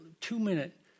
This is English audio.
two-minute